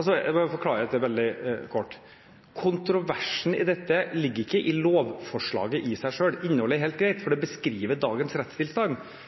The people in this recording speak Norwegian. meg bare forklare veldig kort: Kontroversen i dette ligger ikke i lovforslaget i seg selv. Innholdet er helt greit, for det beskriver dagens rettstilstand.